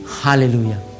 Hallelujah